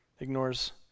ignores